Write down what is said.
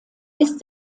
ist